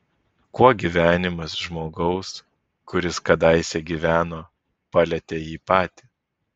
kuo gyvenimas žmogaus kuris kadaise gyveno palietė jį patį